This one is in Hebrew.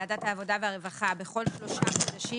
לוועדת העבודה והרווחה בכל שלושה חודשים,